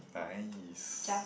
nice